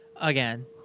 again